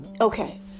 okay